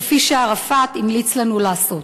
כפי שערפאת המליץ לנו לעשות.